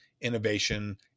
innovation